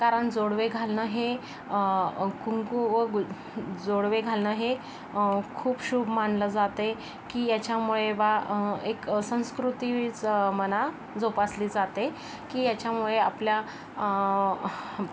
कारण जोडवे घालणं हे कुंकू व जोडवे घालणं हे खूप शुभ मानलं जाते की याच्यामुळे बा एक संस्कृतीच म्हणा जोपासली जाते की याच्यामुळे आपल्या